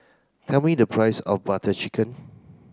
tell me the price of Butter Chicken